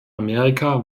amerika